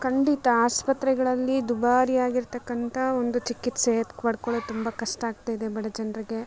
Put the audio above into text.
ಖಂಡಿತ ಆಸ್ಪತ್ರೆಗಳಲ್ಲಿ ದುಬಾರಿ ಆಗಿರತಕ್ಕಂಥ ಒಂದು ಚಿಕಿತ್ಸೆ ಪಡ್ಕೊಳ್ಳೋದು ತುಂಬ ಕಷ್ಟ ಆಗ್ತಾಯಿದೆ ಬಡ ಜನ್ರಿಗೆ